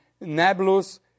Nablus